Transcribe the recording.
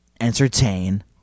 entertain